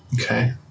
Okay